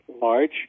large